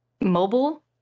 Mobile